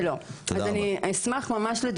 הקופות שמעו את דברייך.